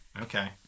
Okay